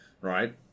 right